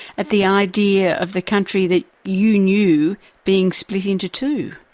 at the idea of the country that you knew being split into two?